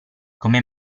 come